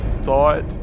thought